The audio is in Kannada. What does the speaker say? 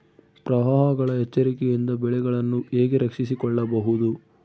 ಪ್ರವಾಹಗಳ ಎಚ್ಚರಿಕೆಯಿಂದ ಬೆಳೆಗಳನ್ನು ಹೇಗೆ ರಕ್ಷಿಸಿಕೊಳ್ಳಬಹುದು?